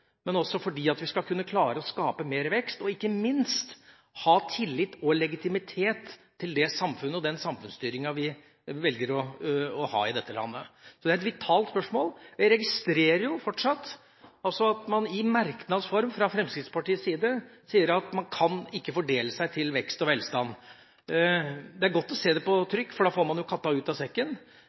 men også for at vi skal klare å skape mer vekst og ikke minst ha tillit og legitimitet til det samfunnet og den samfunnsstyringen vi velger å ha i dette landet. Så det er et vitalt spørsmål. Jeg registrerer jo fortsatt at man altså i merknads form fra Fremskrittspartiets side sier at man ikke kan «omfordele seg til velferd og velstand». Det er godt å se det på trykk, for da får man jo katta ut av sekken,